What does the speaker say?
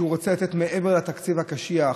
שהוא רוצה לתת מעבר לתקציב הקשיח,